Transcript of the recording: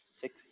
six